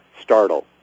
startle